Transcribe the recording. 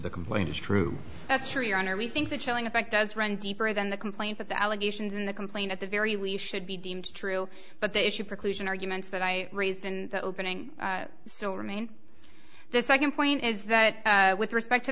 the complaint is true that's true your honor we think the chilling effect does run deeper than the complaint that the allegations in the complaint at the very we should be deemed true but the issue preclusion arguments that i raised in the opening still remain the second point is that with respect to